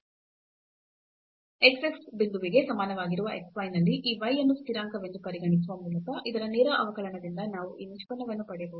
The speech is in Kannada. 0 0 ಬಿಂದುವಿಗೆ ಸಮನಾವಾಗಿರದ x y ನಲ್ಲಿ ಈ y ಅನ್ನು ಸ್ಥಿರಾಂಕವೆಂದು ಪರಿಗಣಿಸುವ ಮೂಲಕ ಇದರ ನೇರ ಅವಕಲನದಿಂದ ನಾವು ಈ ನಿಷ್ಪನ್ನವನ್ನು ಪಡೆಯಬಹುದು